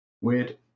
Weird